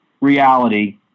reality